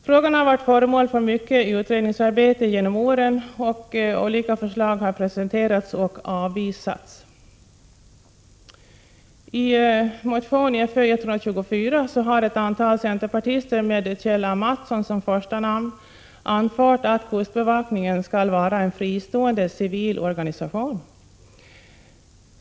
Frågan har varit föremål för ett omfattande utredningsarbete genom åren. Olika förslag har presenterats och avvisats. I motion Föl24 med Kjell A. Mattsson som första namn har ett antal centerpartister anfört att kustbevakningen skall vara en fristående civil organisation.